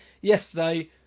Yesterday